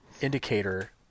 indicator